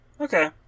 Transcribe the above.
Okay